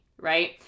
right